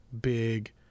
big